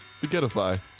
Forgetify